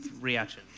reaction